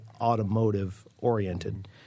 automotive-oriented